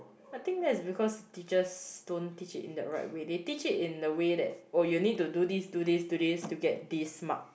I think that is because teachers don't teach it in the right way they teach it in the way that oh you need to do this do this do this to get this mark